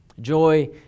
Joy